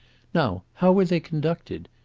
now, how were they conducted?